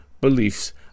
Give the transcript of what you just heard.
beliefs